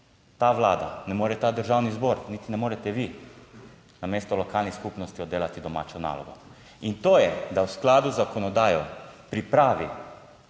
ta Vlada, ne more ta Državni zbor, niti ne morete vi, namesto lokalnih skupnosti od delati domačo nalogo. In to je, da v skladu z zakonodajo pripravi